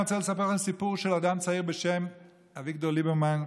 אני רוצה לספר לכם סיפור של אדם צעיר בשם אביגדור ליברמן,